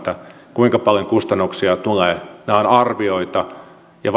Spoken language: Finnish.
kuinka paljon kustannuksia tulee nämä ovat arvioita ja